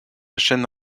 chaine